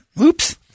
Oops